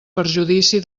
perjudici